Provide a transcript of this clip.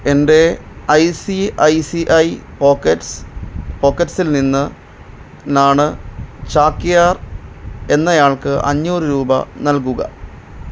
എന്റെ I C I C I pockets പോക്കറ്റ്സിൽനിന്ന് നാണ് ചാക്യാർ എന്നയാൾക്ക് അഞ്ഞൂറ് രൂപ നൽകുക